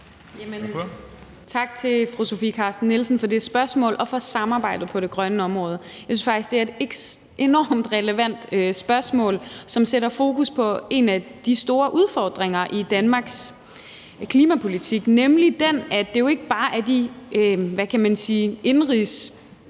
Tak til fru Sofie Carsten Nielsen for det spørgsmål og for samarbejdet på det grønne område. Jeg synes faktisk, det er et enormt relevant spørgsmål, som sætter fokus på en af de store udfordringer i Danmarks klimapolitik, nemlig den, at det jo ikke bare er de,